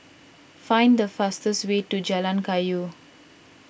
find the fastest way to Jalan Kayu